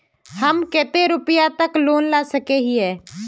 हम कते रुपया तक लोन ला सके हिये?